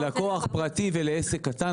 בתי העסק הקטנים,